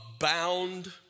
abound